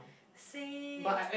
same